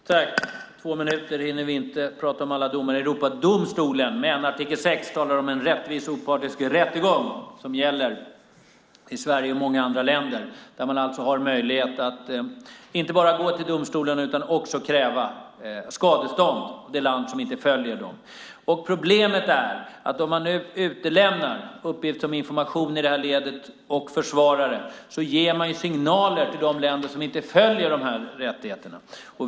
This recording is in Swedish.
Fru talman! På två minuter hinner vi inte prata om alla domar i Europadomstolen. Men artikel 6 talar om en rättvis och opartisk rättegång, som gäller i Sverige och i många andra länder och där man alltså har möjlighet att inte bara gå till domstolen utan också kräva skadestånd av det land som inte följer den. Problemet är att om man utelämnar uppgifter om information och försvarare i det här ledet ger man signaler till de länder som inte följer dessa rättigheter.